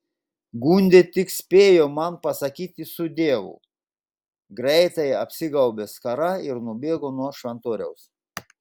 gundė tik spėjo man pasakyti sudieu greitai apsigaubė skara ir nubėgo nuo šventoriaus